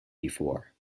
before